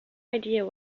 idea